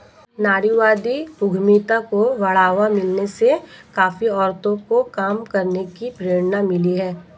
नारीवादी उद्यमिता को बढ़ावा मिलने से काफी औरतों को काम करने की प्रेरणा मिली है